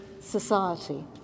society